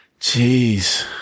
Jeez